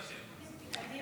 הארכת תקופת ההתיישנות),